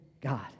God